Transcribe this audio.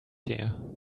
here